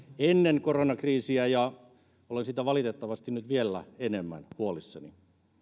ennen koronakriisiä ja olen siitä valitettavasti nyt vielä enemmän huolissani